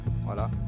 Voilà